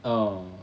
oh